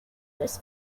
this